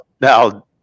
now